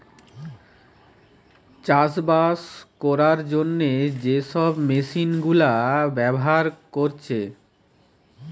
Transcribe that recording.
চাষবাস কোরার জন্যে যে সব মেশিন গুলা ব্যাভার কোরছে